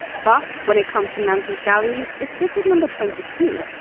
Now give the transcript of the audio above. but when it comes to monthly salaries, it sits at number twenty two,